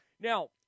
Now